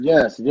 Yes